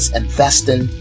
investing